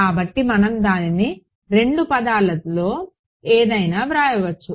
కాబట్టి మనం దానిని రెండు పదాలలో ఏదైనా వ్రాయవచ్చు